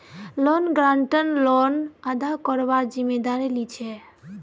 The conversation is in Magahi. लोन गारंटर लोन अदा करवार जिम्मेदारी लीछे